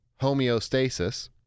homeostasis